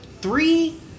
three